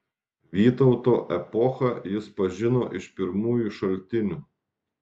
vytauto epochą jis pažino iš pirmųjų šaltinių